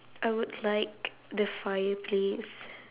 I would like the fireplace